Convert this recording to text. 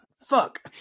Fuck